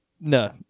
No